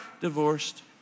Divorced